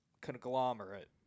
conglomerate